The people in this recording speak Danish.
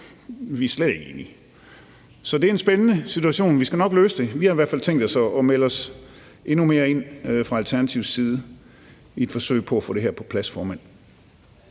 vi er slet ikke enige. Så det er en spændende situation. Vi skal nok løse det. Vi har i hvert fald tænkt os at melde os endnu mere ind i det fra Alternativets side i et forsøg på at få det her på plads. Tak, formand.